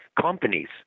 companies